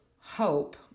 hope